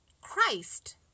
Christ